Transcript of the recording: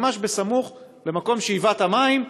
ממש בסמוך למקום שאיבת המים,